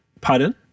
Pardon